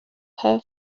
her